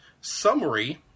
summary